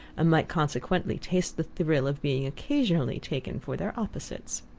and might consequently taste the thrill of being occasionally taken for their opposites.